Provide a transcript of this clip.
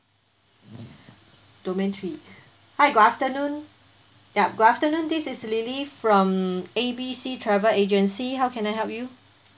domain three hi good afternoon yup good afternoon this is lily from A B C travel agency how can I help you